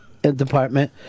Department